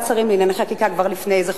השרים לענייני חקיקה כבר לפני איזה חודשיים,